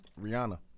Rihanna